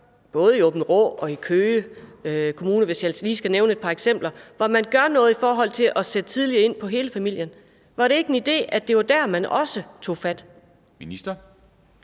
skal nævne et par eksempler, hvor man gør noget i forhold til at sætte tidligt ind for hele familien. Var det ikke en idé, at det var der, man også tog fat? Kl.